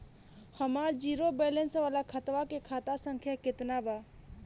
हमार zero balance वाला खतवा के खाता संख्या केतना बा?